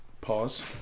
pause